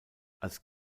als